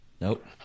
Nope